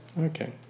Okay